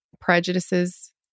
prejudices